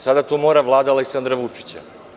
Sada to mora Vlada Aleksandra Vučića.